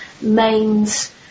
mains